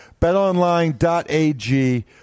betonline.ag